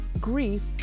grief